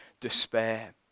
despair